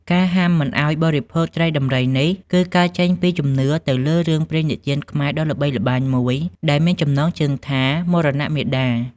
ការហាមមិនឱ្យបរិភោគត្រីដំរីនេះ គឺកើតចេញពីជំនឿទៅលើរឿងព្រេងនិទានខ្មែរដ៏ល្បីល្បាញមួយដែលមានចំណងជើងថា «មរណៈមាតា»។